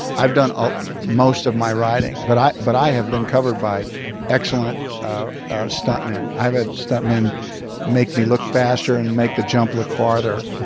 i've done ah most of my riding. but i but i have been covered by excellent stuntmen. i've had stuntmen make me look faster and make the jump look farther.